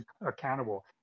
accountable